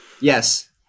Yes